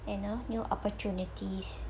you know new opportunities